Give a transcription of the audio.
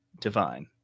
divine